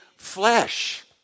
flesh